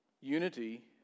Unity